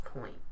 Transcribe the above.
point